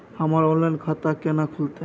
हमर ऑनलाइन खाता केना खुलते?